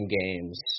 games